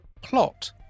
plot